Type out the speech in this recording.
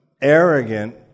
arrogant